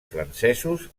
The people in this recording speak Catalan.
francesos